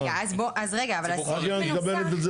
אבל אם את מקבלת בדואר אין לינק.